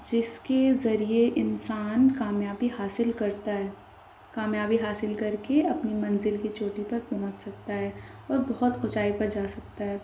جس کے ذریعے انسان کامیابی حاصل کرتا ہے کامیابی حاصل کر کے اپنی منزل کی چوٹی پر پہنچ سکتا ہے اور بہت اونچائی پر جا سکتا ہے